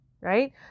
right